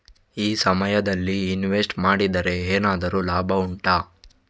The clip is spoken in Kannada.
ಈ ಸಮಯದಲ್ಲಿ ಇನ್ವೆಸ್ಟ್ ಮಾಡಿದರೆ ಏನಾದರೂ ಲಾಭ ಉಂಟಾ